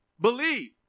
Believe